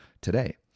today